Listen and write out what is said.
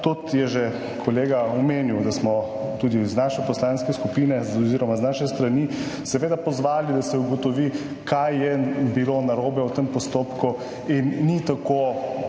kot je že kolega omenil, da smo tudi iz naše poslanske skupine oziroma z naše strani seveda pozvali, da se ugotovi kaj je bilo narobe v tem postopku in ni tako,